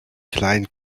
kleinen